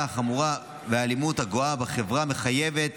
החמורה והאלימות הגואה בחברה מחייבות